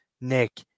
Nick